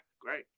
great